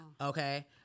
Okay